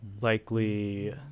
likely